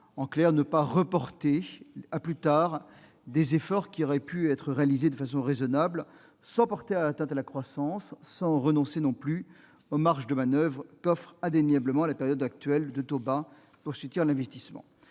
et de ne pas reporter les efforts qui pourraient être réalisés de façon raisonnable, sans porter atteinte à la croissance ni renoncer aux marges de manoeuvre qu'offre indéniablement la période actuelle de taux bas pour soutenir l'investissement.